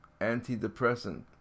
antidepressant